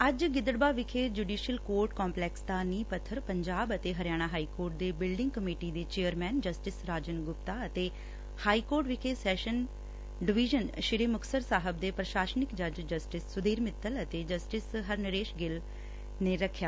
ਅੱਜ ਗਿੱਦੜਬਾਹਾ ਵਿਖੇ judicial court complex ਦਾ ਨੀਹ ਪੱਬਰ ਪੰਜਾਬ ਅਤੇ ਹਰਿਆਣਾ ਹਾਈਕੋਰਟ ਦੇ ਬਿਲਡਿੰਗ ਕਮੇਟੀ ਦੇ ਚੇਅਰਮੈਨ ਜਸਟਿਸ ਰਾਜਨ ਗੁਪਤਾ ਅਤੇ ਹਾਈਕੋਰਟ ਵਿਖੇ ਸੈਸ਼ਨ ਡਵੀਜਨ ਸ੍ਰੀ ਮੁਕਤਸਰ ਸਾਹਿਬ ਦੇ ਪ੍ਰਸ਼ਾਸਨਿਕ ਜੱਜ ਜਸਟਿਸ ਸੁਧੀਰ ਮਿੱਤਲ ਅਤੇ ਜਸਟਿਸ ਹਰਨਰੇਸ਼ ਸਿੰਘ ਗਿੱਲ ਨੇ ਰੱਖਿਆ